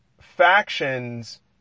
factions